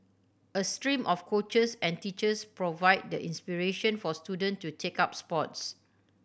a stream of coaches and teachers provide the inspiration for student to take up sports